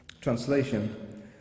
translation